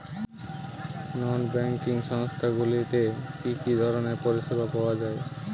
নন banking সংস্থা গুলিতে কি কি ধরনের পরিসেবা পাওয়া য়ায়?